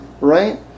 right